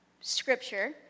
scripture